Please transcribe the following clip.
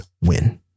win